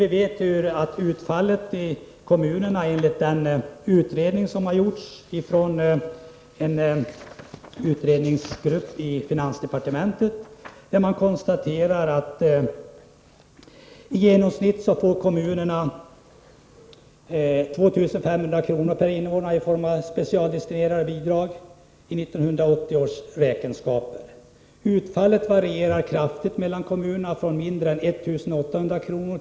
Vi känner till utfallet i kommunerna enligt den utredning som har gjorts av en utredningsgrupp i finansdepartementet. Man konstaterar att i genomsnitt får kommunerna 2 500 kr. per invånare i form av specialdestinerade bidrag i 1980 års räkenskaper. Utfallet varierar kraftigt mellan kommunerna, från mindre än 1 800 kr.